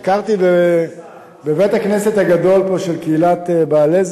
ביקרתי בבית-הכנסת הגדול פה של קהילת בעלז,